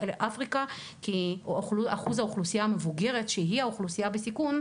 אפריקה כי אחוז האוכלוסייה המבוגרת שהיא האוכלוסייה בסיכון,